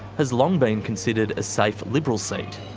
has long been considered a safe liberal seat.